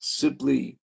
simply